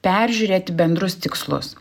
peržiūrėti bendrus tikslus